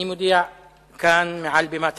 אני מודיע כאן, מעל בימת הכנסת,